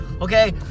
Okay